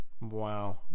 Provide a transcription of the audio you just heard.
wow